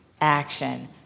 Action